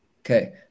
Okay